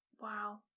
Wow